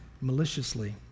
maliciously